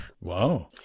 Wow